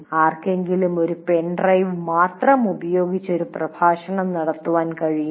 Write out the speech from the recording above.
ആർക്കെങ്കിലും pen drive മാത്രം ഉപയോഗിച്ച് ഒരു പ്രഭാഷണം നടത്താൻ കഴിയുമോ